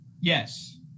yes